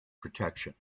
protection